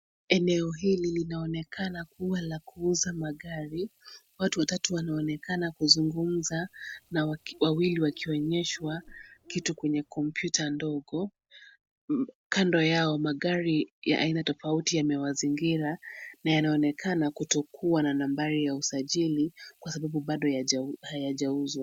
Eneo hili linaonekana kuwa la kuuza magari. Watu watatu wanaonekana kuzungumza na wawili wakionyeshwa kitu kwenye kompyuta ndogo. Kando yao, magari ya aina tofauti yamewazingira na yanaonekana kutokuwa na nambari ya usajili kwa sababu bado hayajauzwa.